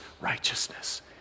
righteousness